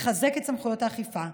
לחזק את סמכויות האכיפה,